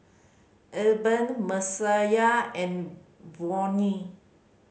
Eben Messiah and Vonnie